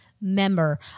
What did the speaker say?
member